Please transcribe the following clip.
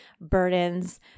burdens